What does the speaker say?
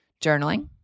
Journaling